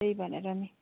त्यही भनेर नि